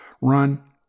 run